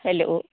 hello